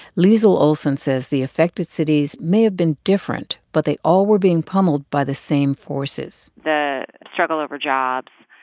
liesl olson says the affected cities may have been different, but they all were being pummeled by the same forces the struggle over jobs,